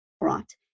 Right